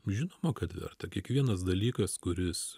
žinoma kad verta kiekvienas dalykas kuris